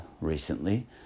recently